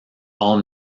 all